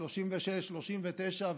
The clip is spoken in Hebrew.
1936 ו-1939,